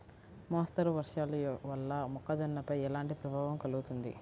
మోస్తరు వర్షాలు వల్ల మొక్కజొన్నపై ఎలాంటి ప్రభావం కలుగుతుంది?